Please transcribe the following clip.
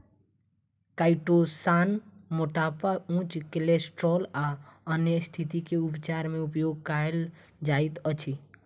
chitosan मोटापा उच्च cholesterol आ अन्य स्तिथि के उपचार मे उपयोग कायल जाइत अछि